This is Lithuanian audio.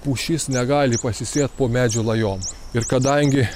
pušis negali pasisėt po medžių lajom ir kadangi